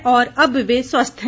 और अब वे स्वस्थ हैं